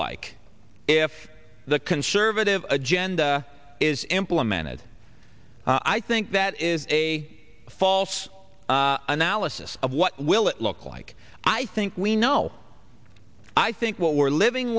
like if the conservative agenda is implemented i think that is a false analysis of what will it look like i think we know i think what we're living